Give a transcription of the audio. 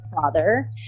father